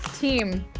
team,